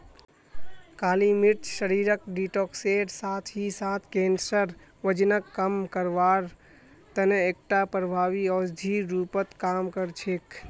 काली मिर्च शरीरक डिटॉक्सेर साथ ही साथ कैंसर, वजनक कम करवार तने एकटा प्रभावी औषधिर रूपत काम कर छेक